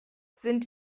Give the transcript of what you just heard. sind